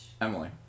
Emily